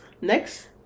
next